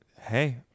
Hey